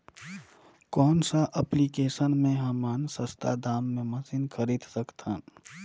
कौन सा एप्लिकेशन मे हमन सस्ता दाम मे मशीन खरीद सकत हन?